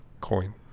Coin